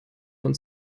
von